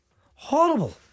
Horrible